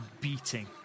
beating